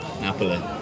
Napoli